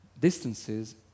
distances